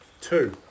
Two